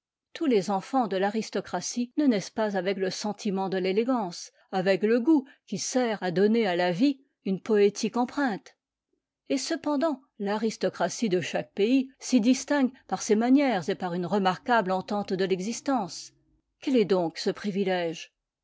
tous les enfants de l'aristoctatie ne naissent pas avec le sentiment de l'élégance avec le goût qui sert à donner à la vie une poétique empreinte et cependant l'aristocratie de chaque pays s'y distingue par ses manières et par une remarquable entente de l'existence quel est donc ce privilège